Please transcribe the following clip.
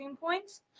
points